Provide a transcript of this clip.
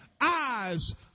eyes